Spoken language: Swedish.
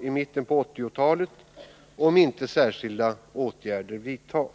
i mitten av 1980-talet, om inte särskilda åtgärder vidtas.